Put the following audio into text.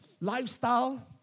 lifestyle